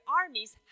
armies